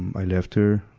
i left her,